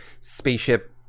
spaceship